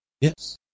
Yes